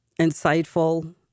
insightful